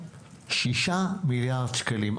שישה מיליארד שקלים.